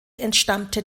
entstammte